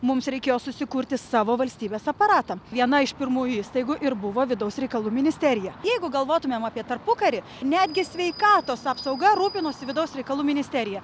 mums reikėjo susikurti savo valstybės aparatą viena iš pirmųjų įstaigų ir buvo vidaus reikalų ministerija jeigu galvotumėm apie tarpukarį netgi sveikatos apsauga rūpinosi vidaus reikalų ministerija